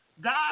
God